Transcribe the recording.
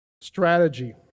strategy